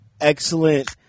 excellent